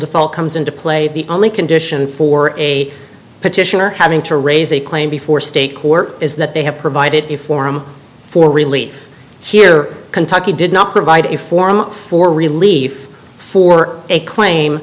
default comes into play the only condition for a petitioner having to raise a claim before state court is that they have provided a form for relief here kentucky did not provide a form for relief for a claim